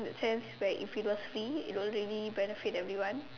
in the sense where if it was free it would already benefit everyone